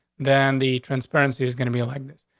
then the transparency is gonna be like this.